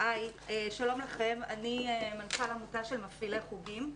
שלום לכם, אני מנכ"ל עמותה של מפעילי חוגים.